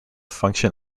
function